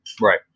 Right